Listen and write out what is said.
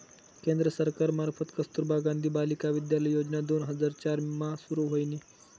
केंद्र सरकार मार्फत कस्तुरबा गांधी बालिका विद्यालय योजना दोन हजार चार मा सुरू व्हयनी